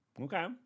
Okay